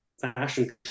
fashion